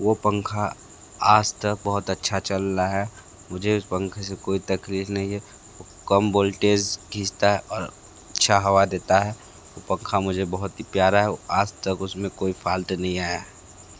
वह पंखा आज तक बहुत अच्छा चल रहा है मुझे उस पंखे से कोई तकलीफ़ नहीं है कम वोल्टेज खींचता अच्छा हवा देता है पंखा मुझे बहुत ही प्यारा है आज तक उसमें कोई फाल्ट नहीं आया है